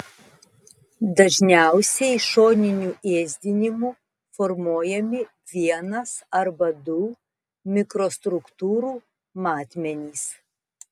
dažniausiai šoniniu ėsdinimu formuojami vienas arba du mikrostruktūrų matmenys